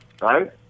Right